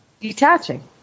Detaching